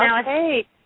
Okay